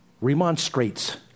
remonstrates